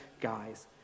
guys